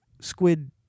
squid